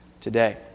today